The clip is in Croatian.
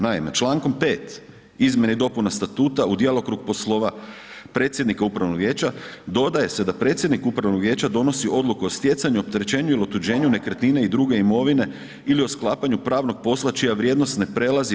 Naime, člankom 5. izmjene i dopuna statuta u djelokrug poslova predsjednika upravnog vijeća, dodaje se da predsjednik upravnog vijeća donosi odluku o stjecanju, opterećenju ili otuđenju nekretnine i druge imovine ili o sklapanju pravnog posla čija vrijednost ne prelazi 1/